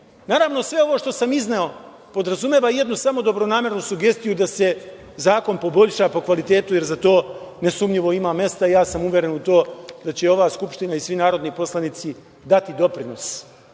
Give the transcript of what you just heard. put. Naravno, sve ovo što sam izneo podrazumeva jednu samo dobronamernu sugestiju da se zakon poboljša po kvalitetu, jer za to nesumnjivo ima mesta. Ja sam uveren u to da će ova Skupština i svi narodni poslanici dati doprinos